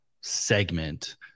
segment